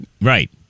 Right